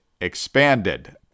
expanded